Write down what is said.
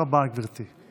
תודה רבה, גברתי.